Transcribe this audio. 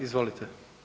Izvolite.